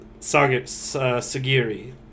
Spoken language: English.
Sagiri